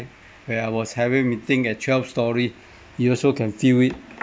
where I was having meeting at twelve storey you also can feel it